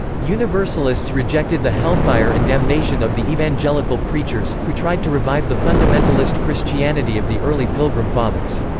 universalists rejected the hellfire and damnation of the evangelical preachers, who tried to revive the fundamentalist christianity of the early pilgrim fathers.